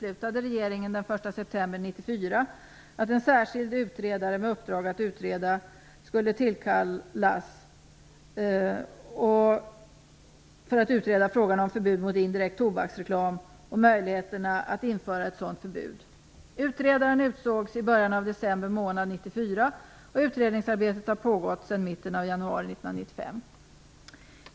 Utredaren utsågs i början av december månad 1994 och utredningsarbetet har pågått sedan mitten av januari 1995.